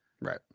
Right